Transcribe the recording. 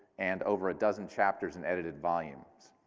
and over a dozen chapters and edited volumes.